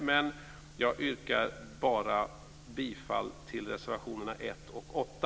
Men för tids vinnande yrkar jag bifall bara till reservationerna 1 och 8.